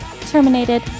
Terminated